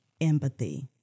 empathy